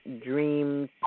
dream